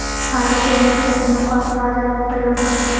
आलू को भरते समय कौन सा औजार का प्रयोग करें?